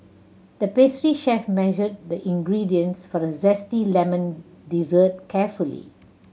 the pastry chef measured the ingredients for a zesty lemon dessert carefully